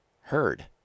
heard